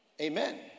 Amen